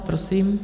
Prosím.